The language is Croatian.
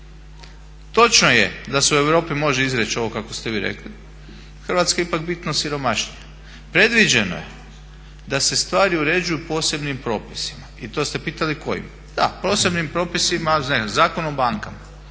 Točno je da se u Europi može izreći ovo kako ste vi rekli. Hrvatska je ipak bitno siromašnija. Predviđeno je da se stvari uređuju posebnim propisima i to ste pitali kojima? Da, posebnim propisima, Zakon o bankama